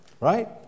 right